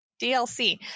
DLC